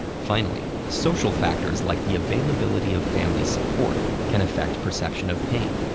finally, social factors like the availability of family support can affect perception of pain.